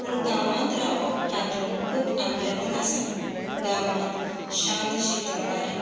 पूण गांवांत रावप हातूंत खूब आपलेपण आसा गांवांत शांत शितळ वारें